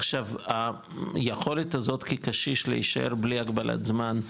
עכשיו היכולת הזאת כקשיש להישאר בלי הגבלת זמן,